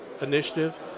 initiative